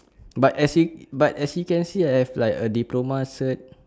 but as you but as you can see ah I have like a diploma cert